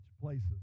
places